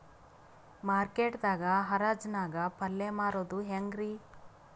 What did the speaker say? Market ದಾಗ್ ಹರಾಜ್ ನಾಗ್ ಪಲ್ಯ ಮಾರುದು ಹ್ಯಾಂಗ್ ರಿ?